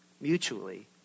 mutually